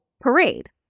parade